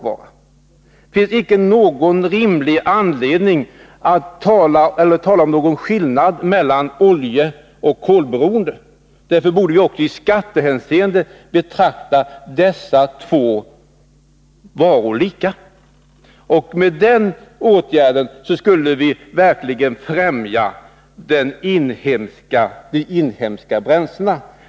Det finns icke någon rimlig anledning att tala om skillnad mellan oljeoch kolberoende. Därför borde vi också i skattehänseende betrakta dessa två råvaror lika. Med en sådan åtgärd skulle vi verkligen främja användningen av de inhemska bränslena.